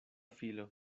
filo